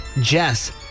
Jess